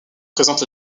présente